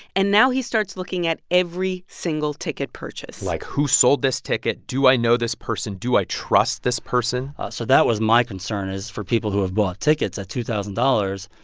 and now he starts looking at every single ticket purchase like, who sold this ticket? do i know this person? do i trust this person? so that was my concern is for people who have bought tickets at two thousand dollars.